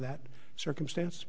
that circumstance